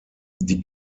die